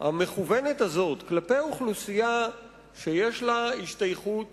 המכוונת הזאת כלפי אוכלוסייה שיש לה השתייכות